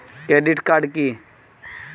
Credit card কি?